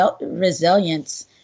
resilience